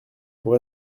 pour